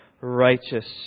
righteous